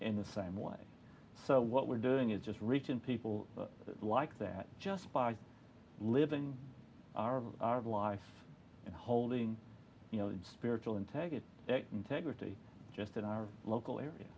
in the same way so what we're doing is just reaching people like that just by living our life and holding you know spiritual integrity integrity just in our local area